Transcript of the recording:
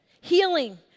healing